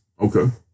Okay